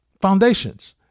Foundations